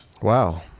Wow